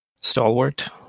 stalwart